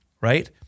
right